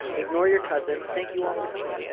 ignore your cousin. thank you all for coming.